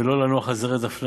ולא לנוח על זרי דפנה,